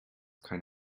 kind